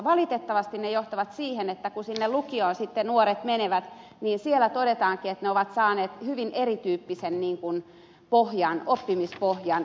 valitettavasti ne johtavat siihen että kun sinne lukioon sitten nuoret menevät niin siellä todetaankin että he ovat saaneet hyvin erityyppisen oppimispohjan